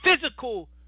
physical